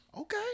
Okay